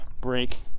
break